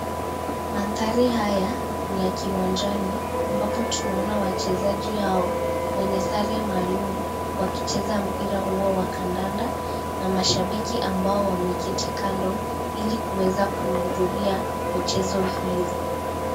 Mandhari haya ni ya kiwanjani, ambapo tunaona wachezaji hao wenye sare maalum, wakicheza mpira huo wa kandanda na mashabiki ambao wameketi kando ili kuweza kuhudhuria michezo hiyo.